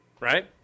right